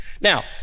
Now